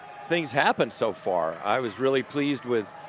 things happened so far, i was really pleased with,